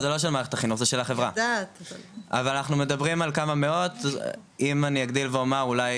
אם אני אגדיל ואומר אולי